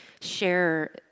share